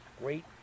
great